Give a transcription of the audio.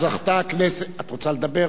את רוצה לדבר?